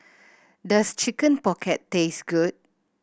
does Chicken Pocket taste good